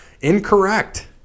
Incorrect